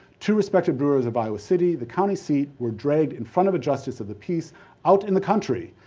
two respective brewers of iowa city, the county seat, were dragged in front of a justice of the peace out in the country,